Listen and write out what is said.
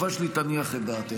התשובה שלי תניח את דעתך,